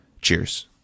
Cheers